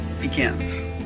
begins